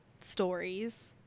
stories